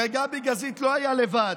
הרי גבי גזית לא היה לבד.